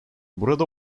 burada